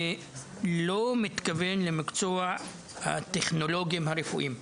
לא מתכוון למקצוע הטכנולוגים הרפואיים.